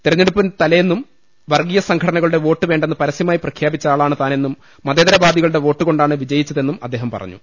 തെരഞ്ഞെടുപ്പ് തലേന്നും വർഗീയ സംഘടനകളുടെ വോട്ട് വേണ്ടെന്ന് പരസ്യ മായി പ്രഖ്യാപിച്ച ആളാണ് താനെന്നും മതേതര വാദികളുടെ വോട്ട് കൊണ്ടാണ് ജയിച്ചതെന്നും അദ്ദേഹം പറഞ്ഞു